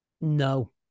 No